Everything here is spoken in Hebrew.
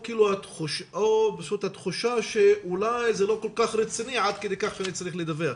או התחושה שאולי זה לא כל כך רציני עד כדי כך שאני צריך לדווח.